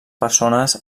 persones